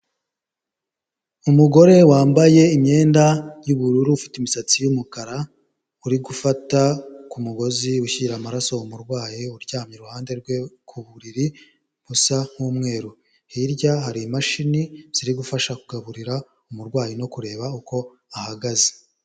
Umugore wambaye imyenda y'ubururu ufite imisatsi y'umukara, uri gufata kumugozi ushyira amaraso umurwayi uryamye iruhande rwe ku buriri busa nk'umweru, hirya hari imashini ziri gufasha kugaburira umurwayi no kureba uko ahagaze.